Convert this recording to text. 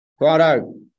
Righto